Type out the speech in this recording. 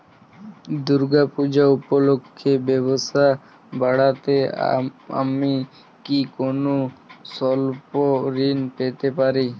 দূর্গা পূজা উপলক্ষে ব্যবসা বাড়াতে আমি কি কোনো স্বল্প ঋণ পেতে পারি?